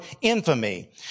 infamy